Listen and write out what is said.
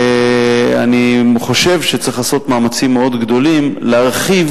אני חושב שצריך לעשות מאמצים מאוד גדולים להרחיב